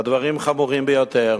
והדברים חמורים ביותר,